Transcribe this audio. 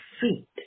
feet